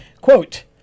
Quote